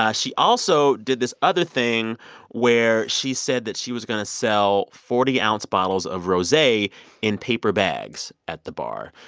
ah she also did this other thing where she said that she was going to sell forty ounce bottles of rose in paper bags at the bar.